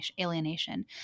alienation